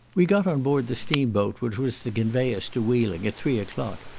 we got on board the steam-boat which was to convey us to wheeling at three o'clock.